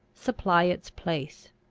supply its place.